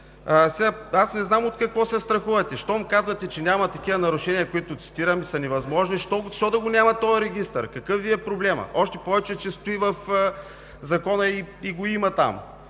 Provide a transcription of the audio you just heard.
Аз не знам от какво се страхувате. Щом казвате, че няма такива нарушения, които цитирам и са невъзможни, защо да го няма този регистър? Какъв Ви е проблемът? Още повече, че стои в Закона и там